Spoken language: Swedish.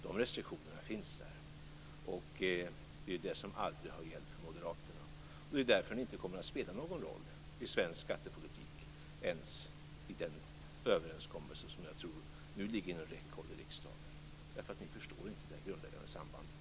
De restriktionerna finns där. Det är ju det som aldrig har gällt för Moderaterna. Det är därför som de inte kommer att spela någon roll i svensk skattepolitik ens i den överenskommelse som jag nu tror ligger inom räckhåll i riksdagen. Ni förstår inte det grundläggande sambandet.